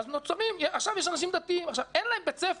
ואין להם בית ספר.